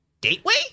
Gateway